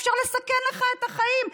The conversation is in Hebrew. אפשר לסכן לך את החיים,